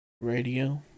radio